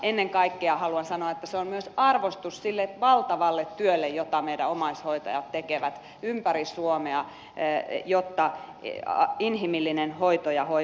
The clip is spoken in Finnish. ennen kaikkea haluan sanoa että se on myös arvostus sille valtavalle työlle jota meidän omaishoitajat tekevät ympäri suomea jotta inhimillinen hoito ja hoiva on mahdollista